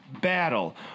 battle